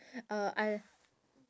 uh I